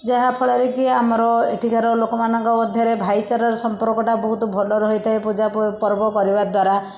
ଯାହାଫଳରେକି ଆମର ଏଠିକାର ଲୋକମାନଙ୍କ ମଧ୍ୟରେ ଭାଇଚାରାର ସମ୍ପର୍କଟା ବହୁତ ଭଲ ରହିଥାଏ ପୂଜା ପ ପର୍ବ କରିବା ଦ୍ୱାରା